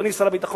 אדוני שר הביטחון,